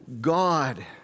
God